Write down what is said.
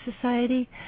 society